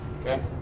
Okay